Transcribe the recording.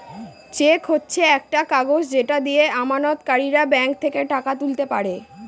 check হচ্ছে একটা কাগজ যেটা দিয়ে আমানতকারীরা ব্যাঙ্ক থেকে টাকা তুলতে পারে